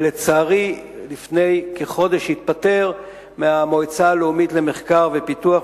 שלצערי לפני כחודש התפטר מהמועצה הלאומית למחקר ופיתוח,